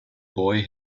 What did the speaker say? boy